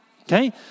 okay